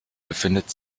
befindet